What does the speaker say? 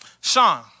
Sean